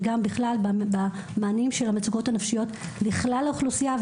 וגם בכלל במענים של המצוקות הנפשיות לכלל האוכלוסייה,